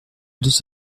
deux